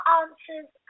answers